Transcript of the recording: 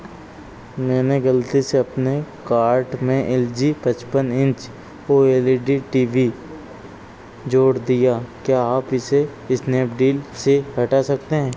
मैंने गलती से अपने कार्ट में एल जी पचपन इंच का L E D T V जोड़ दिया क्या आप इसे स्नैपडील से हटा सकते हैं